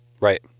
Right